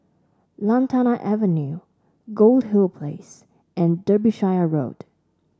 Lantana Avenue Goldhill Place and Derbyshire Road